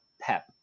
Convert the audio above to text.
PEP